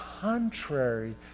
contrary